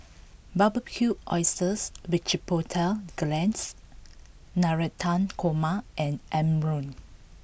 Barbecued Oysters with Chipotle Glaze Navratan Korma and Imoni